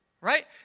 right